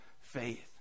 faith